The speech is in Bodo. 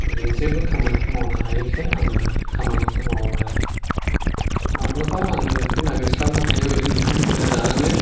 बियो जेबो खामानिखौनो मावनो हायिखाय आङो खामानिखौ मावो आरो माब्लाबा आङो ओंख्रि नागिरस्लाबनो हायियाव ओरैनो ओंखाम गोजा जानाङो